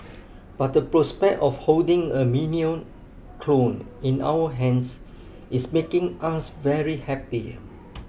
but the prospect of holding a minion clone in our hands is making us very happy